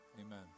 amen